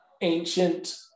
ancient